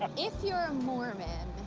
if you're a mormon,